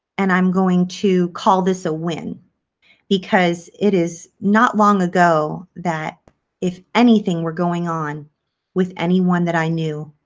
and i'm going to call this a win because it is not long ago that if anything were going on with anyone that i knew,